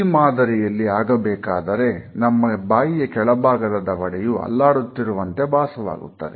ಈ ಮಾದರಿಯಲ್ಲಿ ಆಗಬೇಕಾದರೆ ನಮ್ಮ ಬಾಯಿಯ ಕೆಳಭಾಗದ ದವಡೆ ಯು ಅಲ್ಲಾಡುತ್ತಿರುವ ಅಂತ ಭಾಸವಾಗುತ್ತದೆ